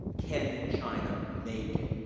can china make it?